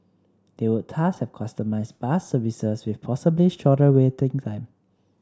they would thus have customised bus services with possibly shorter waiting time